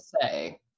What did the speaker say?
say